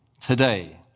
today